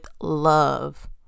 love